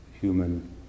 human